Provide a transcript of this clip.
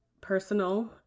personal